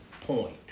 point